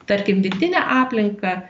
tarkim vidine aplinka